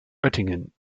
oettingen